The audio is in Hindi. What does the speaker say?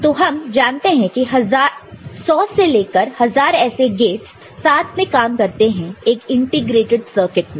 तो हम जानते हैं कि 100 से लेकर 1000 ऐसे गेटस साथ में काम करते हैं एक इंटीग्रेटेड सर्किट में